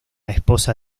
esposa